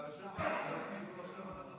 אתה יושב על,